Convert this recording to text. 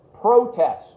Protests